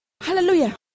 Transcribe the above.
Hallelujah